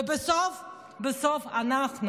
בסוף בסוף אנחנו